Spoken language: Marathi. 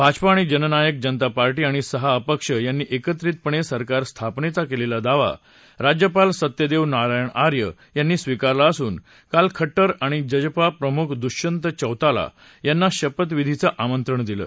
भाजपा आणि जननायक जनता पार्टी आणि सहा अपक्ष यांनी एकत्रितपणे सरकार स्थापनेचा केलेला दावा राज्यपाल सत्यदेव नारायण आर्य यांनी स्वीकारला असून काल खट्टर आणि जजपा प्रमुख दुष्यन्त चौताला यांना शपथविधीचं आमंत्रण दिलं